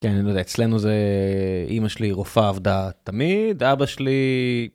אצלנו זה אמא שלי רופאה, עבדה תמיד. אבא שלי...